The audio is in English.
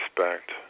respect